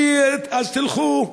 אז תלכו,